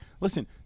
listen